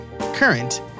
current